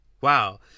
Wow